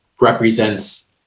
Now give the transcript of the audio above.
represents